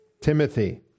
Timothy